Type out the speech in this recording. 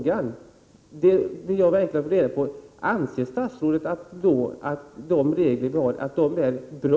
Jag vill verkligen få reda på om statsrådet anser att de regler som vi har är bra.